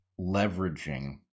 leveraging